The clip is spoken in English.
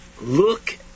look